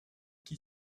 qui